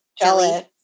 jelly